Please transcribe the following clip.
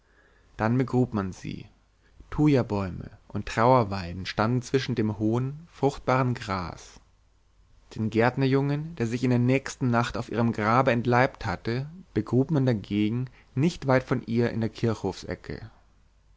dann begrub man sie thujabäume und trauerweiden standen zwischen dem hohen fruchtenden gras den gärtnerjungen der sich in der nächsten nacht auf ihrem grabe entleibt hatte begrub man dagegen nicht weit von ihr in der